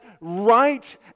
right